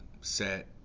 set